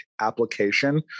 application